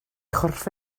chorff